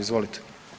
Izvolite.